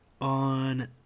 On